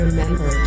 Remember